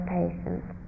patience